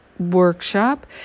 workshop